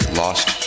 lost